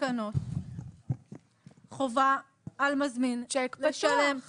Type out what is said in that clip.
בתקנות חובה על מזמין לשלם --- צ'ק פתוח.